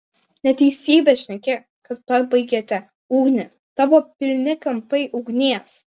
neteisybę šneki kad pabaigėte ugnį tavo pilni kampai ugnies